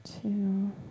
Two